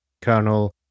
Colonel